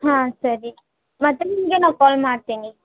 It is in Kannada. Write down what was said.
ಹಾಂ ಸರಿ ಮತ್ತೆ ನಿಮಗೆ ನಾವು ಕಾಲ್ ಮಾಡ್ತೇನೆ